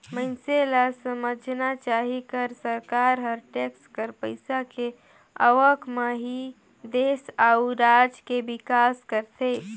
मइनसे ल समझना चाही कर सरकार हर टेक्स कर पइसा के आवक म ही देस अउ राज के बिकास करथे